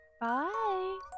Bye